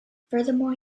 furthermore